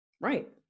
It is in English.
right